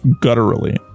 gutturally